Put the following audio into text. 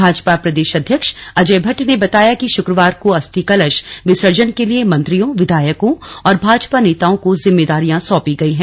भाजपा प्रदेश अध्यक्ष अजय भट्ट ने बताया कि शुक्रवार को अस्थि कलश विसर्जन के लिए मंत्रियों विधायकों और भाजपा नेताओं को जिम्मेदारियां सौंपी गई हैं